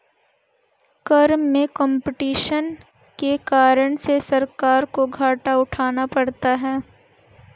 कर में कम्पटीशन के कारण से सरकार को घाटा उठाना पड़ता है